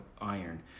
iron